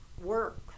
work